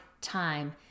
time